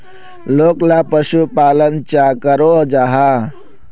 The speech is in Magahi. लोकला पशुपालन चाँ करो जाहा?